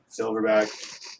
Silverback